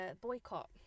boycott